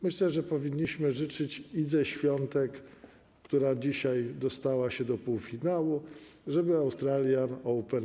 Myślę, że powinniśmy życzyć Idze Świątek, która dzisiaj dostała się do półfinału, żeby wygrała Australian Open.